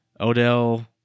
Odell